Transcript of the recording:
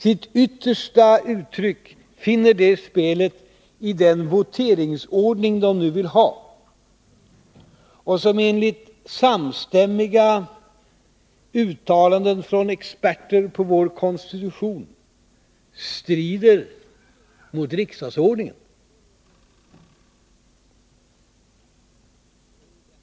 Sitt yttersta uttryck finner det spelet i den voteringsordning de nu vill ha och som enligt samstämmiga uttalanden från experter på vår konstitution strider mot riksdagsordningen.